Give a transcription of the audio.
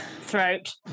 throat